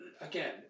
Again